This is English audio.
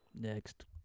Next